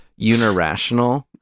unirational